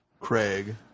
Craig